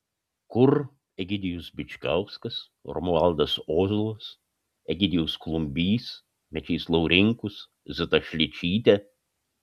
kur egidijus bičkauskas romualdas ozolas egidijus klumbys mečys laurinkus zita šličytė